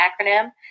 acronym